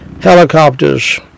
helicopters